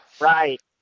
right